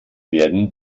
werden